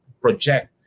project